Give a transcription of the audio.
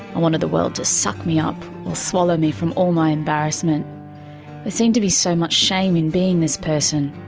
i wanted the world to suck me up or swallow me from all my embarrassment. there seemed to be so much shame in being this person,